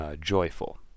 joyful